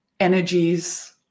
energies